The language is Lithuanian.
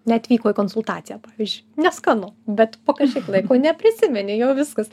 neatvyko į konsultaciją pavyzdžiui neskanu bet po kažkiek laiko neprisimeni jau viskas